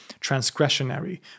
transgressionary